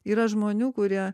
yra žmonių kurie